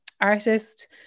artist